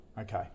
Okay